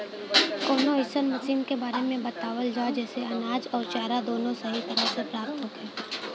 कवनो अइसन मशीन के बारे में बतावल जा जेसे अनाज अउर चारा दोनों सही तरह से प्राप्त होखे?